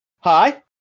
hi